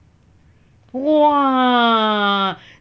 !wah!